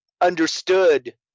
understood